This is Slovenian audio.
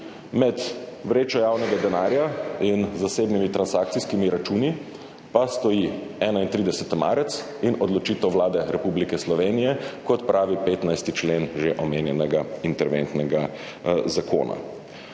Med vrečo javnega denarja in zasebnimi transakcijskimi računi pa stoji 31. marec in odločitev Vlade Republike Slovenije, kot pravi 15. člen že omenjenega interventnega zakona.